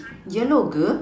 yellow girl